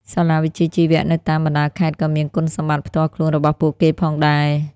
សាលាវិជ្ជាជីវៈនៅតាមបណ្ដាខេត្តក៏មានគុណសម្បត្តិផ្ទាល់ខ្លួនរបស់ពួកគេផងដែរ។